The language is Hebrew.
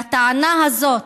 והטענה הזאת,